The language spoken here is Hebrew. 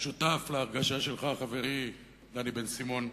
שותף להרגשה שלך, חברי דני בן-סימון.